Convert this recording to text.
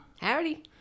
howdy